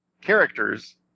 characters